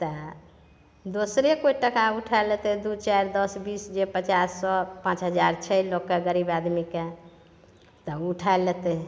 तए दोसरे कोइ टका उठए लेतै दू चारि दस बीस जे पचास सए पाँच हजार छै लोक कए गरीब आदमी कए तऽ ओ उठए लेतै